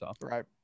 Right